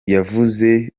yavuze